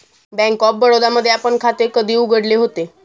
Bank of Baroda मध्ये आपण खाते कधी उघडले होते?